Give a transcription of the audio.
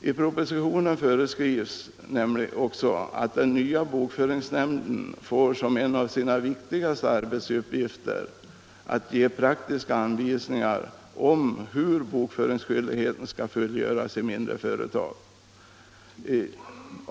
I propositionen föreskrivs att den nya bokföringsnämnden får som en av sina viktigaste arbets uppgifter att ge praktiska anvisningar om hur bokföringsskyldigheten skall fullgöras i mindre företag.